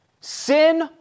sin